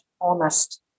honest